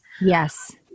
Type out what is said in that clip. Yes